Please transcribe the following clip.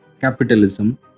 capitalism